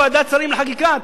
ועדת שרים לחקיקה.